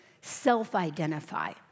self-identify